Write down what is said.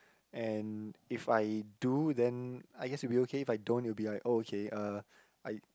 and if I do then I guess it will be okay if I don't it will be like okay uh I